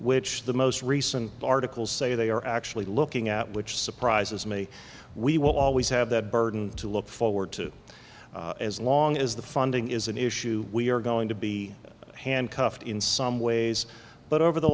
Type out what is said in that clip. which the most recent articles say they are actually looking at which surprises me we will always have that burden to look forward to as long as the funding is an issue we are going to be handcuffed in some ways but over the